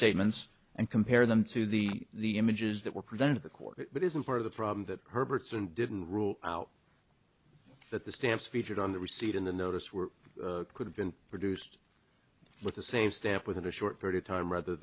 statements and compare them to the images that were presented to the court but isn't part of the problem that herbert's and didn't rule out that the stamps featured on the receipt in the notice were could have been produced with the same stamp within a short period of time rather